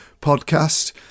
podcast